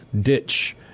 ditch